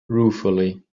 ruefully